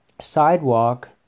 sidewalk